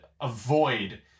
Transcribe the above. avoid